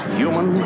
human